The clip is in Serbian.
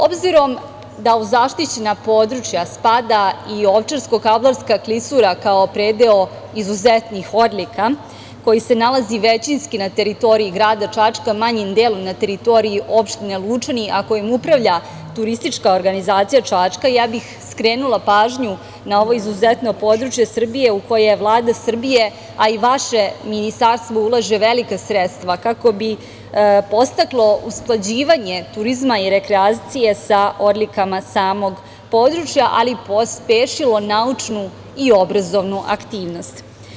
Obzirom da u zaštićena područja spada i Ovčarko-kablarska klisura kao predeo izuzetnih odlika, koji se nalazi većinski na teritoriji grada Čačka, manjim delom na teritoriji opštine Lučani, a kojim upravlja turistička Čačka, skrenula bih pažnju na ovo izuzetno područje Srbije u koje Vlada Srbije, a i vaše Ministarstvo ulaže velika sredstva kako bi podstaklo usklađivanje turizma i rekreacije sa odlikama samog područja, ali i pospešilo naučnu i obrazovnu aktivnost.